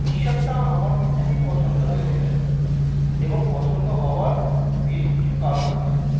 টিশার্টটা আমার খুবই পছন্দ হয়েছে এবং পছন্দ হওয়ার বেশ কিছু কারণ আছে